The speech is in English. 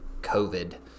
COVID